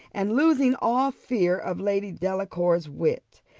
and, losing all fear of lady delacour's wit,